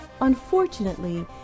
Unfortunately